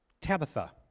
Tabitha